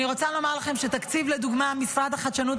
אני רוצה לומר לכם שלמשל התקציב של משרד החדשנות,